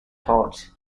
taught